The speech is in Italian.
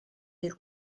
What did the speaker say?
del